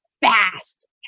fast